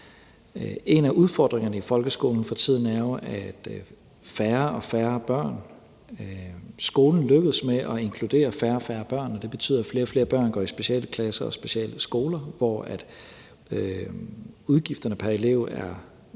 En af udfordringerne i folkeskolen for tiden er jo, at skolen lykkes med at inkludere færre og færre børn, og det betyder, at flere og flere børn går i specialklasser og specialskoler, hvor udgifterne pr. elev er markant